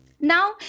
Now